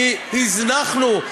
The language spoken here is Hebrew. כי הזנחנו,